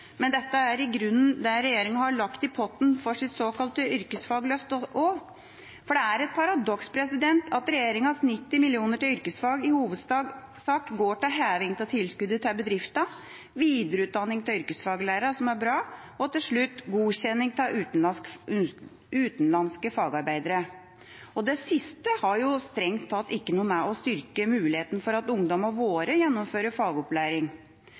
men dette er i grunnen det regjeringa har lagt i potten for sitt såkalte yrkesfagløft. For det er et paradoks at regjeringas 90 mill. kr til yrkesfag i hovedsak går til heving av tilskuddet til bedriftene, videreutdanning av yrkesfaglærere – som er bra – og til slutt til godkjenning av utenlandske fagarbeidere. Det siste har jo strengt tatt ikke noe med å styrke mulighetene for at ungdommene våre gjennomfører